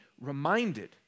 reminded